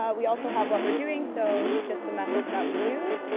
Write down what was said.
ah we also have what we're doing, so just the methods that we use.